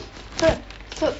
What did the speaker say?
so so